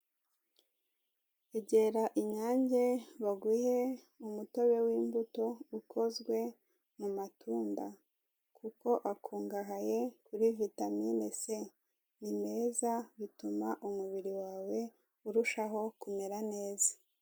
Egera inyange baguhe umutobe w'imbuto ukozwe mu matunda, kuko akungahaye kuri vitamine se. Ni meza bituma umubiri wawe urushaho kumera neza.